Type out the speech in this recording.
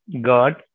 God